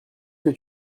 que